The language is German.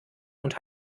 und